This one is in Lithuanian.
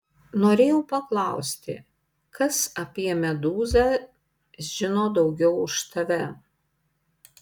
norėjau paklausti kas apie medūzą žino daugiau už tave